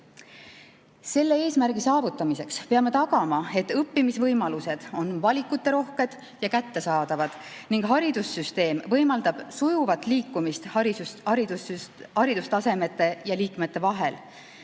Selle eesmärgi saavutamiseks peame tagama, et õppimisvõimalused on valikuterohked ja kättesaadavad ning haridussüsteem võimaldab sujuvat liikumist haridustasemete ja liikmete vahel.